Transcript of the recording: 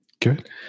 Good